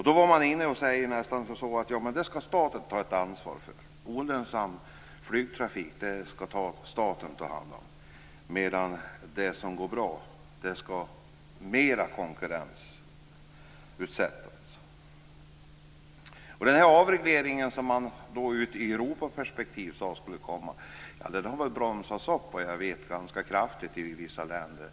Då går man in och säger: Det skall staten skall ta ett ansvar för. Olönsam flygtrafik skall staten ta hand om. Det som går bra skall däremot konkurrensutsättas mer. Den här avregleringen i Europaperspektiv som man sade skulle komma har vad jag vet bromsats upp ganska kraftigt i vissa länder.